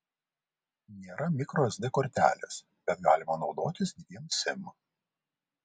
nėra mikro sd kortelės bet galima naudotis dviem sim